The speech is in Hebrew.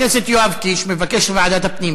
אם חבר הכנסת יואב קיש מבקש ועדת הפנים,